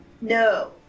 No